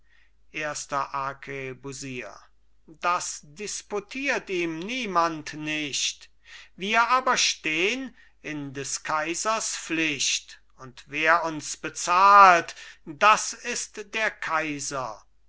erster arkebusier das disputiert ihm niemand nicht wir aber stehn in des kaisers pflicht und wer uns bezahlt das ist der kaiser